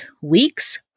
weeks